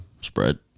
spread